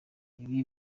ibi